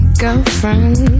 girlfriend